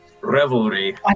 revelry